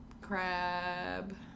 crab